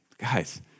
Guys